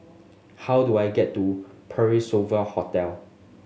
how do I get to Parc Sovereign Hotel